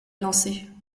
élancée